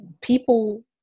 people